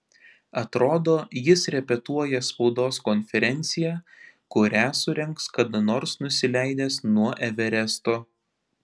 atrodo jis repetuoja spaudos konferenciją kurią surengs kada nors nusileidęs nuo everesto